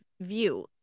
view